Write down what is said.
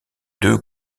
deux